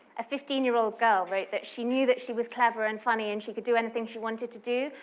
a fifteen year old girl wrote that she knew that she was clever and funny, and she could do anything she wanted to do,